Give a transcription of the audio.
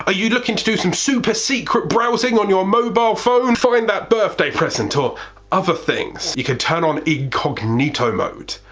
ah you looking to do some super secret browsing on your mobile phone? find that birthday present or other things. you can turn on incognito mode.